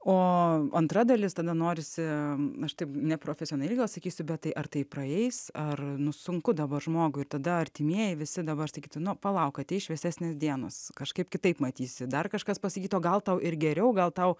o antra dalis tada norisi aš taip neprofesionaliai sakysiu bet tai ar tai praeis ar sunku dabar žmogui ir tada artimieji visi dabar sakytų nu palauk ateis šviesesnės dienos kažkaip kitaip matysi dar kažkas pasakytų o gal tau ir geriau gal tau